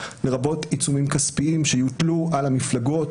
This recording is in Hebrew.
לרבות עיצומים כספיים שיוטלו על המפלגות